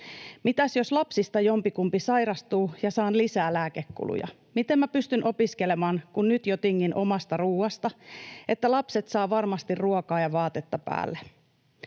Mitäs jos lapsista jompikumpi sairastuu ja saan lisää lääkekuluja? Miten pystyn opiskelemaan, kun nyt jo tingin omasta ruuasta, että lapset saavat varmasti ruokaa ja vaatetta päälle?